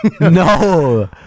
No